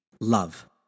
love